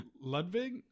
Ludwig